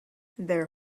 their